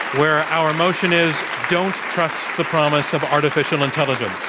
where our motion is don't trust the promise of artificial intelligence.